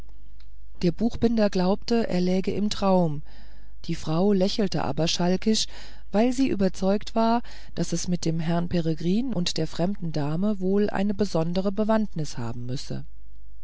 der buchbinder glaubte er läge im traum die frau lächelte aber schalkisch weil sie überzeugt war daß es mit dem herrn peregrin und der fremden dame wohl eine besondere bewandtnis haben müsse